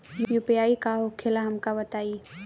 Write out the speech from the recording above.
UPI का होखेला हमका बताई?